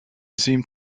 seemed